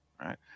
right